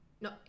no